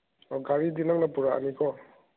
ꯑꯣ ꯒꯥꯔꯤꯒꯤ ꯅꯪꯅ ꯄꯨꯔꯛꯑꯅꯤꯀꯣ